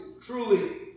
truly